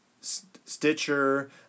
Stitcher